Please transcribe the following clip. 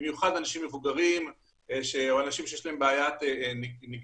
במיוחד לאנשים מבוגרים או אנשים שיש להם בעיית נגישות